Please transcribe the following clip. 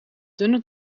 dunne